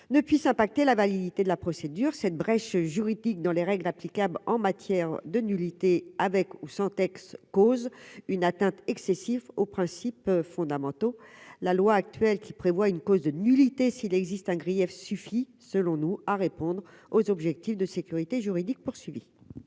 ne puisse impacter la validité de la procédure, cette brèche juridique dans les règles applicables en matière de nullité, avec ou sans texte cause une atteinte excessive aux principes fondamentaux, la loi actuelle qui prévoit une cause de nullité s'il existe un grief suffit, selon nous, à répondre aux objectifs de sécurité juridique poursuivi.